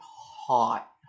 hot